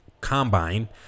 combine